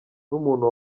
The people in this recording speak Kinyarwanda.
n’umuntu